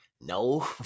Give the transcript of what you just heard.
no